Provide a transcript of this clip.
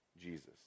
Jesus